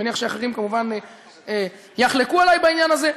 אני מניח שאחרים, כמובן, יחלקו עלי בעניין הזה,